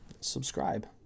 subscribe